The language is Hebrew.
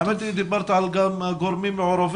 האמת היא שדיברת גם על גורמים מעורבים,